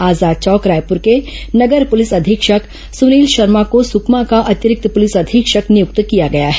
आजाद चौक रायपुर के नगर पुलिस अधीक्षक सुनील शर्मा को सुकमा का अतिरिक्त पुलिस अधीक्षक नियुक्त किया गया है